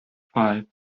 five